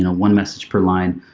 and one message per line,